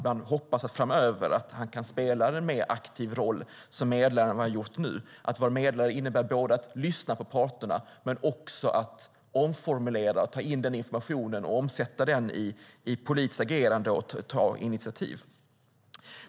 Man hoppas att han framöver kan spela en mer aktiv roll som medlare än vad han gjort hittills. Att vara medlare innebär att lyssna på parterna, ta in information, omformulera den, omsätta den i politiskt agerande och ta initiativ.